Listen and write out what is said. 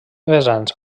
vessants